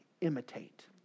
imitate